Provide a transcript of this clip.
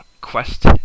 quest